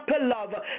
love